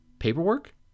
Paperwork